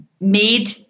made